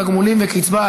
תגמולים וקצבה),